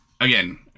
again